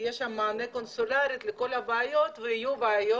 שיהיה שם מענה קונסולרי לכל הבעיות - ויהיו בעיות